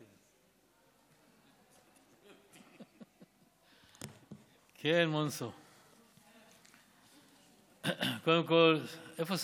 אין להם 61. ממה שאני רואה כאן אין להם אפילו 20. מה זה "להם"?